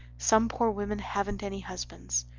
some poor women haven't any husbands.